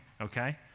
okay